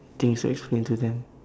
things to explain to them